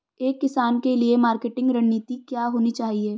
एक किसान के लिए मार्केटिंग रणनीति क्या होनी चाहिए?